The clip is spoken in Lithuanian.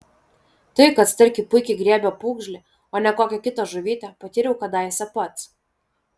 tai kad starkiai puikiai griebia pūgžlį o ne kokią kitą žuvytę patyriau kadaise pats